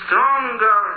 Stronger